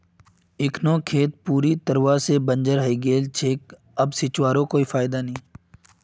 इखनोक खेत पूरी तरवा से बंजर हइ गेल छेक अब सींचवारो कोई फायदा नी